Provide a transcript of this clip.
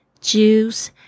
juice